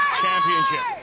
championship